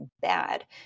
bad